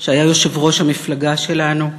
שהיה יושב-ראש המפלגה שלנו,